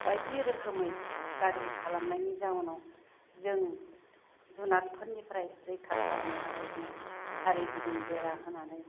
बायदि रोखोमै गाज्रि खालामनायनि जाउनाव जों जुनादफोरनिफ्राय रैखा खालामनो थाखाय जों सारि गिदिं बेरा होनानै